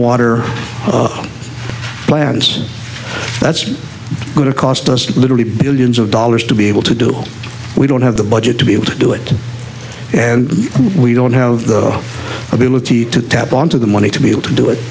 water plans that's going to cost us literally billions of dollars to be able to do we don't have the budget to be able to do it and we don't have the ability to tap on to the money to be able to do it